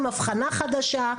עם אבחנה חדשה,